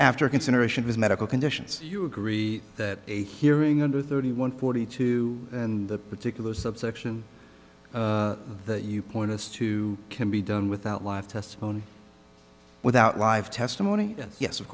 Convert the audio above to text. after consideration his medical conditions you agree that a hearing under thirty one forty two and the particular subsection of the you point us to can be done without live testimony without live testimony and yes of